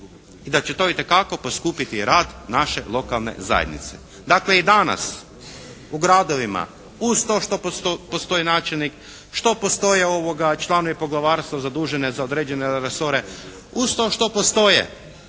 I da će to itekako poskupiti rad naše lokalne zajednice. Dakle i danas u gradovima uz to što postoji načelnik, što postoje članovi poglavarstva zadužene za određene resore, uz to što postoje